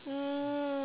mm